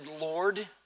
Lord